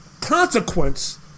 consequence